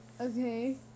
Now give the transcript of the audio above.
Okay